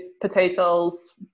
potatoes